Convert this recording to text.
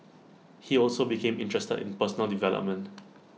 he also became interested in personal development